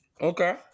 Okay